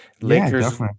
Lakers